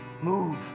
Move